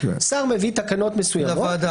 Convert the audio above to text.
השר מביא תקנות מסוימות לוועדה